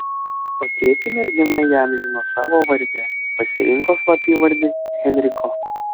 o tėtį mergina įamžino savo varde pasirinko slapyvardį henriko